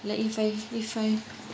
like if I if I